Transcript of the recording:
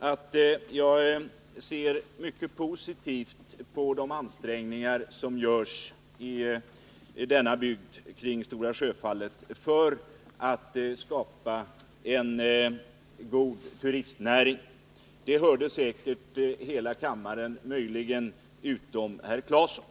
att jag ser mycket positivt på de ansträngningar som görs i denna bygd kring Stora Sjöfallet för att skapa en god turistnäring. Det hörde säkerligen hela kammaren — utom möjligen herr Claeson.